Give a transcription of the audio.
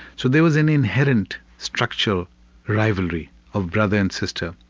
so there was an inherent structural rivalry of brother and sister,